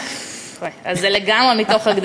אז לגמרי מתוך הרגל.